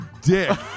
dick